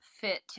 fit